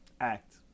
Act